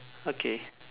okay